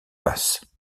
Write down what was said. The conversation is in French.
basses